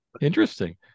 interesting